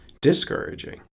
discouraging